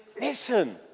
Listen